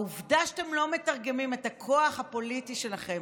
העובדה היא שאתם לא מתרגמים את הכוח הפוליטי שלכם,